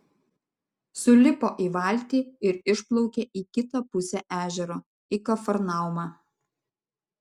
sulipo į valtį ir išplaukė į kitą pusę ežero į kafarnaumą